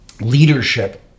leadership